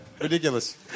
Ridiculous